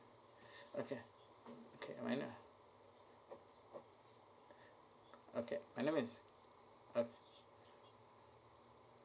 okay okay right okay my name is uh